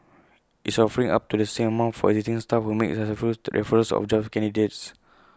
it's offering up to the same amount for existing staff who make successful referrals of job candidates